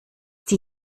die